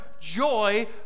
joy